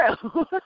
True